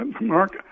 Mark